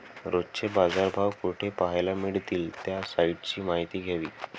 रोजचे बाजारभाव कोठे पहायला मिळतील? त्या साईटची माहिती द्यावी